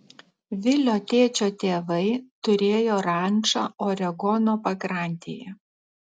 vilio tėčio tėvai turėjo rančą oregono pakrantėje